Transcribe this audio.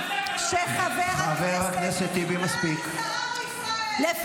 את משקרת במצח נחושה.